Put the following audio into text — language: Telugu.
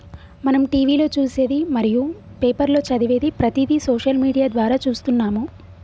మనం టీవీలో చూసేది మరియు పేపర్లో చదివేది ప్రతిదీ సోషల్ మీడియా ద్వారా చూస్తున్నాము